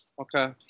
Okay